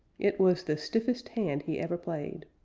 it was the stiffest hand he ever played.